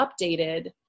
updated